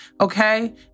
Okay